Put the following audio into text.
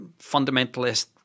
fundamentalist